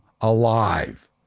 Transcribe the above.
alive